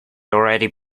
already